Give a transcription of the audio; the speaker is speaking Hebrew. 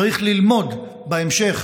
צריך ללמוד בהמשך